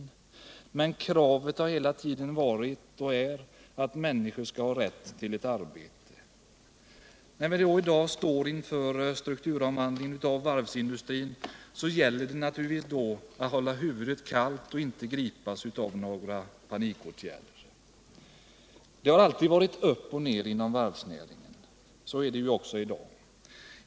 Men kravet från fackföreningsrörelsen har hela tiden varit och är att människor skall ha rätt till ett arbete. När vi nu står inför en strukturomvandling av varvsindustrin, gäller det naturligtvis att hålla huvudet kallt och inte gripas av några panikåtgärder. Det har alltid varit upp och ner inom denna verksamhet. Så är det också i dag.